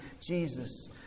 Jesus